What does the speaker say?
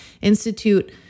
institute